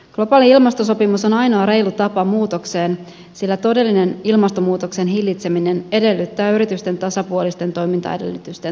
globaali ilmastosopimus on ainoa reilu tapa muutokseen sillä todellinen ilmastonmuutoksen hillitseminen edellyttää yritysten tasapuolisten toimintaedellytysten turvaamista